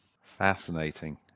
Fascinating